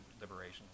liberation